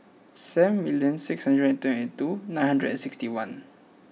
seven million six hundred and twenty two nine hundred and sixty one